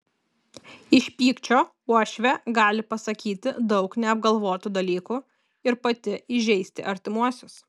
iš pykčio uošvė gali pasakyti daug neapgalvotų dalykų ir pati įžeisti artimuosius